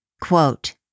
Quote